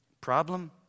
Problem